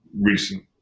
recent